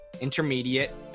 intermediate